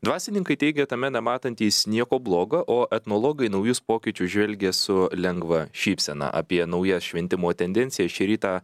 dvasininkai teigia tame nematantys nieko bloga o etnologai į naujus pokyčius žvelgia su lengva šypsena apie naujas šventimo tendencijas šį rytą